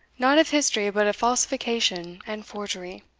not of history but of falsification and forgery.